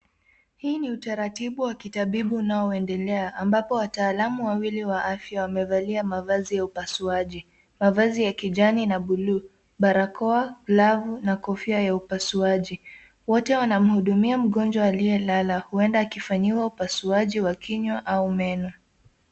Hii ni utaratibu kwa kitibabu unaoendelea, ambapo wataalamu wawili wa afya wamevalia mavazi ya upusuaji. Mavazi ya kijani na buluu, barakoa, glavu na kofia ya upasuaji. Wote wanamhudumia mgonjwa aliyelala, huenda wanamfanyia upasuaji wa kinywa au meno.